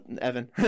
Evan